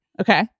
Okay